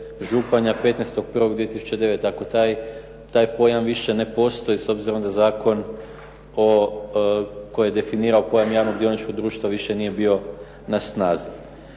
Županja" 15.01.2009. ako taj pojam više ne postoji, s obzirom da zakon koji je definirao pojam javnog dioničko društva više nije bio na snazi.